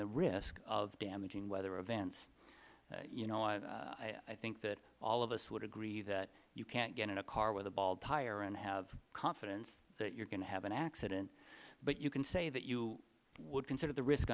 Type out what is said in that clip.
the risk of damaging weather events you know i think that all of us would agree that you can't get in a car with a bald tire and have confidence that you are going to have an accident but you can say that you would consider the risk